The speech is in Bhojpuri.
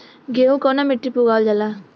गेहूं कवना मिट्टी पर उगावल जाला?